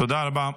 תודה רבה.